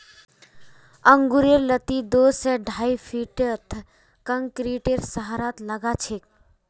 अंगूरेर लत्ती दो स ढाई फीटत कंक्रीटेर सहारात लगाछेक